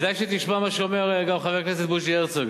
כדאי שתשמע מה שאומר גם חבר הכנסת בוז'י הרצוג,